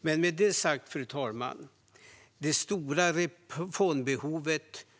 Men med det sagt, fru talman, kvarstår det stora reformbehovet.